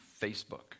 Facebook